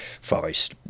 Forest